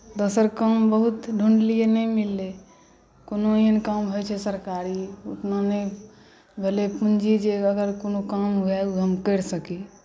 दोसर काम बहुत ढूँढलियै नहि मिललै कोनो एहन काम होइत छै सरकारी मने भेलै पूँजी जे अगर कोनो काम हुअए ओ हम करि सकी